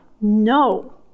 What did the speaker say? No